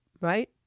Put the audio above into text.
right